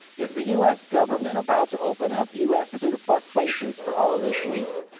is the u s. government about to open up u s. surplus places for all of this wheat?